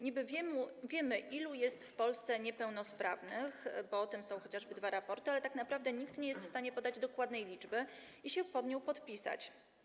Niby wiemy, ilu jest w Polsce niepełnosprawnych, bo o tym są chociażby dwa raporty, ale tak naprawdę nikt nie jest w stanie podać ich dokładnej liczby i się pod nią podpisać.